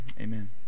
amen